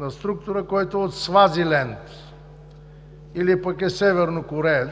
от структура, който е от Свазиленд или пък е севернокореец.